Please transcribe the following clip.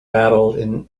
babbled